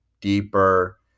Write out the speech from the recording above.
deeper